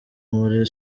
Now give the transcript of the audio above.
muri